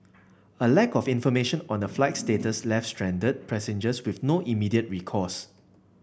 a lack of information on the flight's status left stranded passengers with no immediate recourse